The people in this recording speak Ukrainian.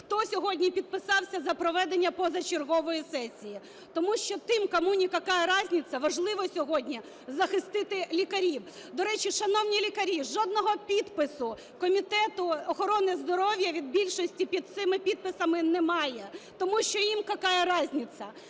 хто сьогодні підписався за проведення позачергової сесії. Тому що тим, кому не "какая разница", важливо сьогодні захистити лікарів. До речі, шановні лікарі, жодного підпису Комітету охорони здоров'я від більшості під цими підписами немає, тому що їм "какая разница".